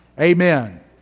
Amen